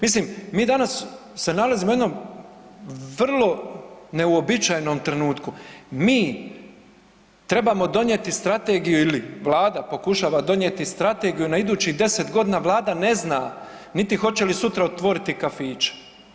Mislim, mi se danas nalazimo u jednom vrlo neuobičajenom trenutku, mi trebamo donijeti strategiju ili Vlada pokušava donijeti strategiju na idućih deset godina, Vlada ne zna niti hoće li sutra otvoriti kafiće.